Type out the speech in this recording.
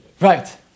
Right